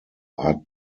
hat